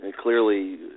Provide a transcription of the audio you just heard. clearly